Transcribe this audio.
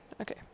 Okay